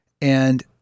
And-